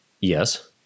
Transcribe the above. Yes